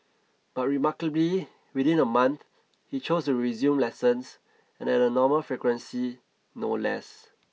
but remarkably within a month he chose to resume lessons and at a normal frequency no less